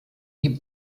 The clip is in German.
die